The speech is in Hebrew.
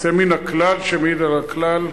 יוצא מהכלל שמעיד על הכלל,